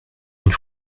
une